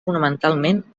fonamentalment